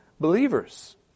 believers